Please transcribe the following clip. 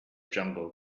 jungle